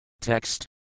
Text